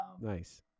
nice